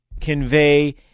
convey